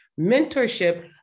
Mentorship